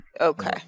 Okay